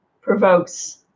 provokes